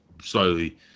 slowly